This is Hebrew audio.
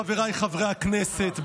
חבריי חברי הכנסת,